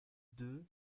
deux